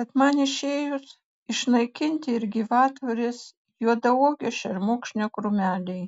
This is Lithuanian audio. kad man išėjus išnaikinti ir gyvatvorės juodauogio šermukšnio krūmeliai